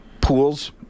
pools